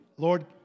Lord